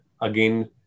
again